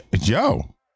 Yo